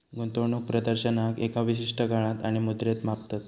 गुंतवणूक प्रदर्शनाक एका विशिष्ट काळात आणि मुद्रेत मापतत